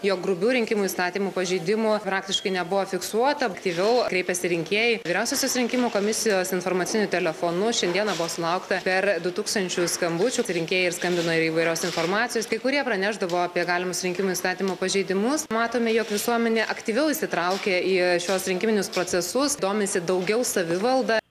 jog grubių rinkimų įstatymo pažeidimų praktiškai nebuvo fiksuota aktyviau kreipiasi rinkėjai vyriausiosios rinkimų komisijos informaciniu telefonu šiandieną buvo sulaukta per du tūkstančius skambučių rinkėjai ir skambino ir įvairios informacijos kai kurie pranešdavo apie galimus rinkimų įstatymo pažeidimus matome jog visuomenė aktyviau įsitraukė į šiuos rinkiminius procesus domisi daugiau savivalda